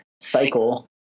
cycle